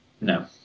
No